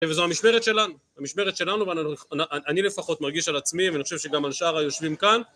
וזו המשמרת שלנו, המשמרת שלנו ואני לפחות מרגיש על עצמי ואני חושב שגם על שאר היושבים כאן